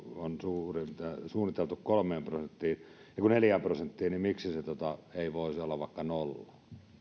on suunniteltu neljään prosenttiin niin miksi se ei voisi olla vaikka nolla